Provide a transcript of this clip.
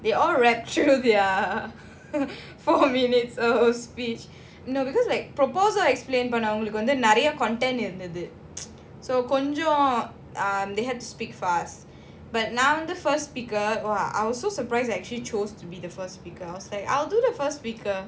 they all rap through their four minutes oh speech no because like proposal explain பண்ணவங்களுக்குவந்துநெறய:pannavangaluku vandha neraya content இருந்துது:irunthuthu so கொஞ்சம்:konjam they had to speak fast but நான்வந்து:nan vandhu first speaker !wah! I was so surprised actually they chose to be the first speaker because the are like I will do the first speaker